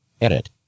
edit